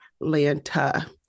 Atlanta